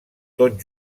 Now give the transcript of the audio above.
tot